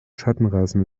schattenrasen